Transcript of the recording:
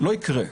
לא יקרה.